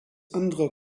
anderer